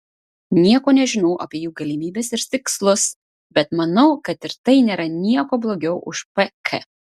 nieko nežinau apie jų galimybes ir tikslus bet manau kad ir tai nėra niekuo blogiau už pk